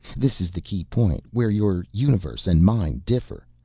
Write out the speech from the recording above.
this is the key point, where your universe and mine differ.